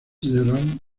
gerald